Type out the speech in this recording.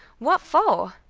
what for?